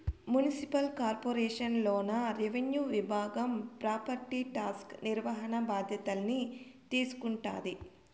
municipal corporation లోన revenue విభాగం property tax నిర్వహణ బాధ్యతల్ని తీసుకుంటాది